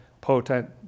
potent